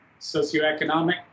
socioeconomic